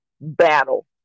battle